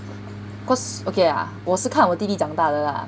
cause okay lah 我是看我弟弟长大的 lah